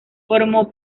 formó